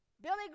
Billy